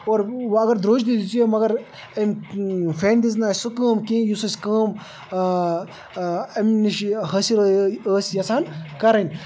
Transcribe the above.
اور وَ اگر درٛوج تہِ دِژیو مگر أمۍ فینہِ دِژ نہٕ اَسہِ سُہ کٲم کِہیٖنۍ یُس اَسہِ کٲم اَمہِ نِش حٲصِل ٲسۍ یَژھان کَرٕنۍ